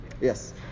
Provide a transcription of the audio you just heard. Yes